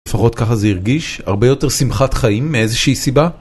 לפחות ככה זה הרגיש הרבה יותר שמחת חיים מאיזושהי סיבה.